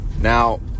Now